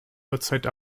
uhrzeit